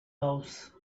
house